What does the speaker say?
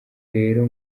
rero